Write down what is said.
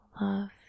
love